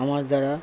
আমার দ্বারা